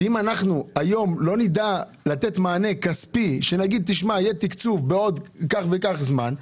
שאם אנחנו לא נדע היום לתת מענה כספי שייתן תקצוב בעוד כך וכך זמן,